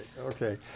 Okay